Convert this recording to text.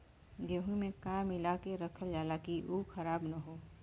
गेहूँ में का मिलाके रखल जाता कि उ खराब न हो?